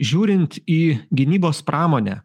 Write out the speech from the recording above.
žiūrint į gynybos pramonę